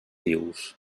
vius